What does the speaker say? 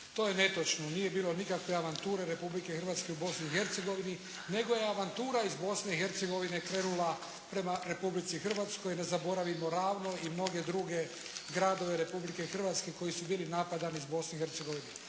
To je netočno. Nije bilo nikakve avanture Republike Hrvatske u Bosni i Hercegovini nego je avantura iz Bosne i Hercegovine krenula prema Republici Hrvatskoj. Ne zaboravimo Ravno i mnoge druge gradove Republike Hrvatske koji su bili napadani iz